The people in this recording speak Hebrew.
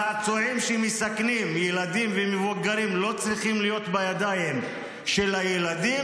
צעצועים שמסכנים ילדים ומבוגרים לא צריכים להיות בידיים של הילדים,